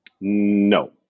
No